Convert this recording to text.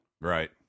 Right